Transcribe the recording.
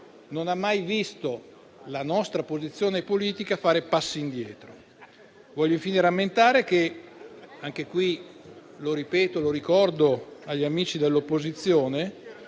non ha mai visto la nostra posizione politica fare passi indietro. Voglio infine rammentare che - lo ricordo agli amici dell'opposizione